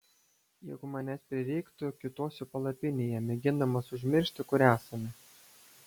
jeigu manęs prireiktų kiūtosiu palapinėje mėgindamas užmiršti kur esame